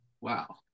Wow